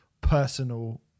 personal